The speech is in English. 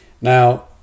Now